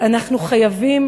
אנחנו חייבים